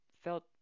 felt